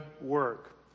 work